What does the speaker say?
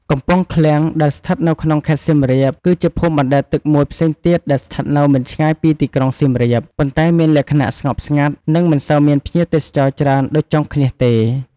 កំពង់ឃ្លាំង ដែលស្ថិតនៅក្នុង ខេត្តសៀមរាប គឺជាភូមិបណ្ដែតទឹកមួយផ្សេងទៀតដែលស្ថិតនៅមិនឆ្ងាយពីទីក្រុងសៀមរាប ប៉ុន្តែមានលក្ខណៈស្ងប់ស្ងាត់ និងមិនសូវមានភ្ញៀវទេសចរច្រើនដូចចុងឃ្នាសទេ។